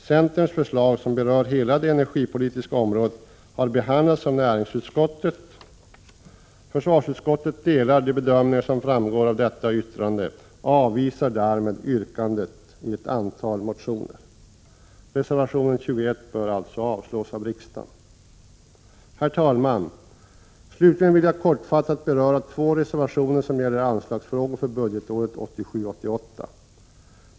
Centerns förslag som berör hela det energipolitiska området har behandlats av näringsutskottet. Försvarsutskottet delar de bedömningar som framgår av detta yttrande och avvisar därmed yrkandena i ett antal motioner. Reservation 21 bör alltså avslås av riksdagen. Herr talman! Slutligen vill jag kortfattat beröra två reservationer som gäller anslagsfrågor för budgetåret 1987/88.